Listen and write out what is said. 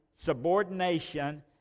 subordination